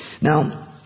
Now